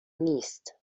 نیست